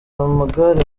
amagare